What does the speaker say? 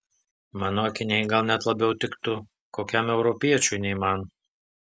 mano akiniai gal net labiau tiktų kokiam europiečiui nei man